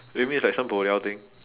maybe it's like some bo liao thing